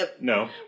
No